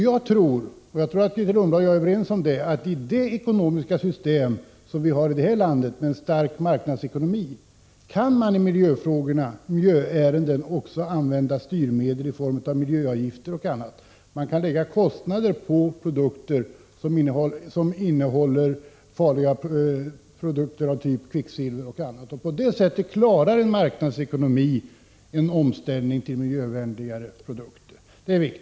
Jag tror — det är Grethe Lundblad och jag säkert överens om — att man med det ekonomiska system som tillämpas i det här landet, där vi har en stark marknadsekonomi, också kan använda styrmedel i form av miljöavgifter och annat i sådana här ärenden. Man kan lägga kostnader på produkter som innehåller farliga ämnen som kvicksilver o.d. På det sättet klarar en marknadsekonomi en omställning till miljövänligare produkter.